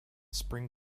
spring